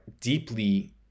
deeply